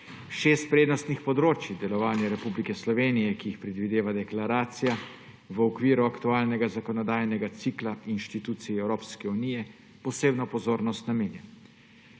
Šest prednostnih področij delovanja Republike Slovenije, ki jih predvideva deklaracija v okviru aktualnega zakonodajnega cikla institucij Evropske unije, posebno pozornost namenja: